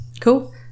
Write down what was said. cool